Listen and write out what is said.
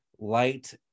light